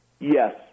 Yes